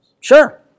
Sure